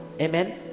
Amen